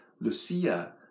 Lucia